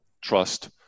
trust